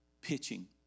pitching